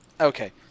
Okay